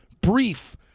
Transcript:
brief